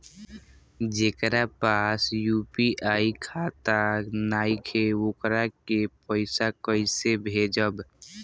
जेकरा पास यू.पी.आई खाता नाईखे वोकरा के पईसा कईसे भेजब?